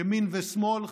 ימין ושמאל,